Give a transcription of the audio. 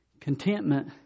Contentment